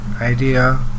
idea